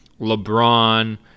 LeBron